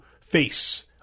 face